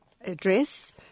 address